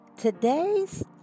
Today's